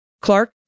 Clark